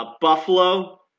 Buffalo